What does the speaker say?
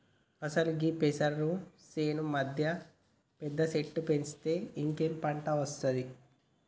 అసలు గీ పెసరు సేను మధ్యన పెద్ద సెట్టు పెంచితే ఇంకేం పంట ఒస్తాది